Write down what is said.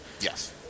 Yes